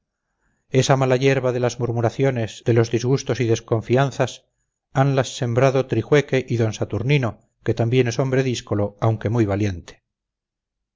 esa mala yerba de las murmuraciones de los disgustos y desconfianzas hanlas sembrado trijueque y d saturnino que también es hombre díscolo aunque muy valiente